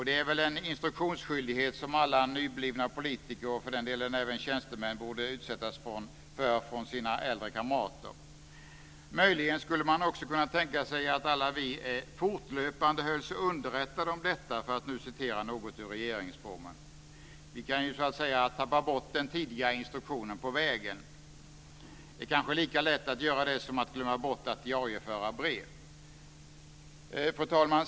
Det är väl en instruktionsskyldighet som alla nyblivna politiker och även tjänstemän borde utsättas för från sina äldre kamrater. Möjligen skulle man också kunna tänka sig att vi alla fortlöpande höll oss underrättade om detta, för att nu citera något ur regeringsformen. Vi kan ju ha tappat bort den tidigare instruktionen på vägen. Det kanske är lika lätt att göra det som att glömma bort att diarieföra brev. Fru talman!